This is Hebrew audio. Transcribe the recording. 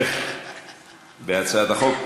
כתומך בהצעת החוק.